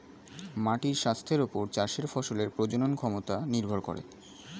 মাটির স্বাস্থ্যের ওপর চাষের ফসলের প্রজনন ক্ষমতা নির্ভর করে